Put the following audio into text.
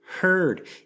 heard